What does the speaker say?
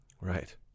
Right